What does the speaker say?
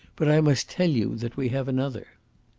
but i must tell you that we have another.